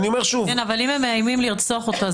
אם הם מאיימים לרצוח אותו,